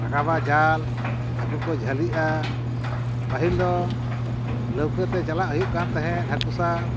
ᱨᱟᱠᱟᱵᱟ ᱡᱟᱞ ᱦᱟᱠᱳ ᱠᱚ ᱡᱷᱟᱹᱞᱤᱜᱼᱟ ᱯᱟᱹᱦᱤᱞ ᱫᱚ ᱞᱟᱹᱣᱠᱟᱹᱛᱮ ᱪᱟᱞᱟᱜ ᱦᱩᱭᱩᱜ ᱠᱟᱱ ᱛᱟᱦᱮᱸᱫ ᱦᱟᱠᱳ ᱥᱟᱵ